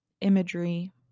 imagery